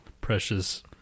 precious